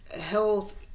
health